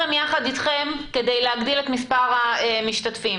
ביחד אתכם כדי להגדיל את מספר המשתתפים.